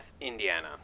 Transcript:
Indiana